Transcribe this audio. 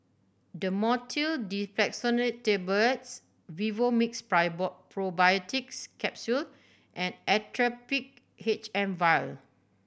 Dhamotil Diphenoxylate Tablets Vivomixx Probiotics Capsule and Actrapid H M Vial